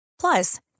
Plus